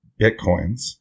bitcoins